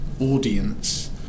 audience